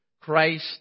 Christ